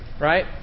right